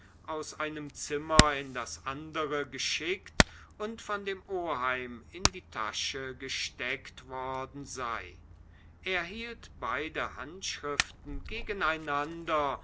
aus einem zimmer in das andere geschickt und von dem oheim in die tasche gesteckt worden sei er hielt beide handschriften gegeneinander